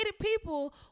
people